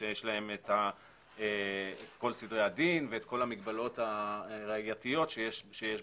שיש להם את כל סדרי הדין ואת כל המגבלות הראייתיות שיש בהם.